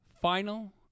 final